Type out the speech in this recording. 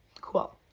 Cool